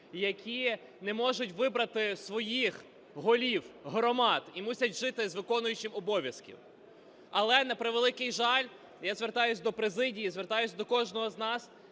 які не можуть вибрати своїх голів громад і мусять жити з виконуючим обов'язки. Але, на превеликий жаль, я звертаюсь до президії і звертаюсь до кожного з нас,